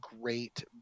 great